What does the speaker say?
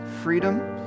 freedom